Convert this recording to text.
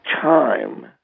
time